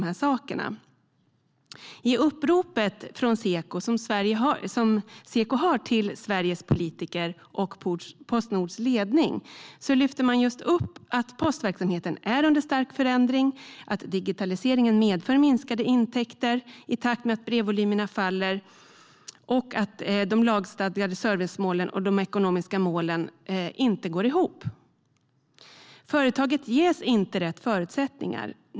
I Sekos upprop till Sveriges politiker och Postnords ledning lyfter man just upp att postverksamheten är under stark förändring, att digitaliseringen medför minskade intäkter i takt med att brevvolymerna faller och att de lagstadgade servicemålen och de ekonomiska målen inte går ihop. Företaget ges inte rätt förutsättningar.